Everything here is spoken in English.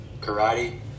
karate